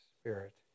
spirit